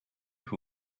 who